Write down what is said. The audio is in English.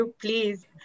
please